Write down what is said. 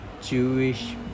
Jewish